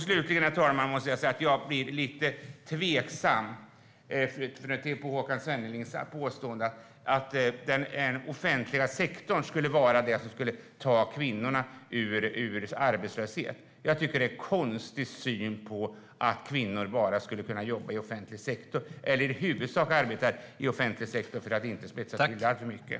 Slutligen, herr talman, måste jag säga att jag är lite tveksam inför Håkan Svennelings påstående att den offentliga sektorn skulle vara det som skulle ta kvinnorna ur arbetslöshet. Jag tycker att det är en konstig syn att kvinnor bara skulle kunna jobba i offentlig sektor eller i huvudsak arbeta i offentlig sektor, för att inte spetsa till det alltför mycket.